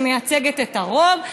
שמייצגת את הרוב,